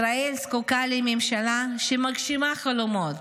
ישראל זקוקה לממשלה שמגשימה חלומות,